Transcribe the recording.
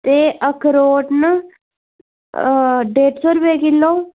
एह् अखरोट न डेढ़ सौ रपेऽ किलो